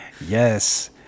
Yes